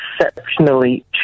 exceptionally